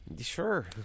Sure